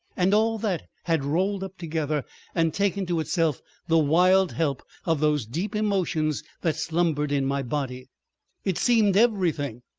and all that had rolled up together and taken to itself the wild help of those deep emotions that slumbered in my body it seemed everything.